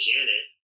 Janet